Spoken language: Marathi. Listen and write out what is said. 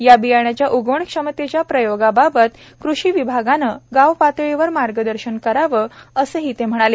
या बियाण्याच्या उगवण क्षमतेच्या प्रयोगाबाबत कृषी विभागाने गावपातळीवर मार्गदर्शन करावे असेही ते म्हणाले